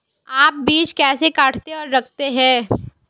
आप बीज कैसे काटते और रखते हैं?